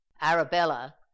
arabella